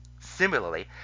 Similarly